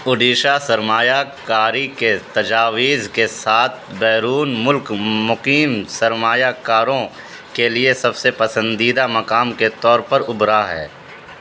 اوڈیشہ سرمایہ کاری کے تجاویز کے ساتھ بیرون ملک مقیم سرمایہ کاروں کے لیے سب سے پسندیدہ مقام کے طور پر ابھرا ہے